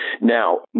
Now